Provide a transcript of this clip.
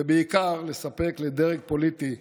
ובעיקר לספק לדרג הפוליטי,